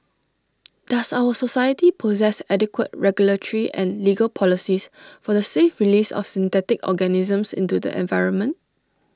does our society possess adequate regulatory and legal policies for the safe release of synthetic organisms into the environment